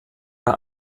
bei